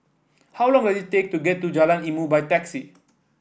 how long is take to get to Jalan Ilmu by taxi